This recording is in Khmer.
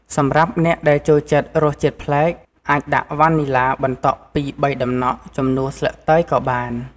សម្រាប់អ្នកដែលចូលចិត្តរសជាតិប្លែក អាចដាក់វ៉ានីឡាបន្តក់ពីរបីដំណក់ ជំនួសស្លឹកតើយក៏បាន។